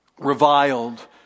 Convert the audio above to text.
Reviled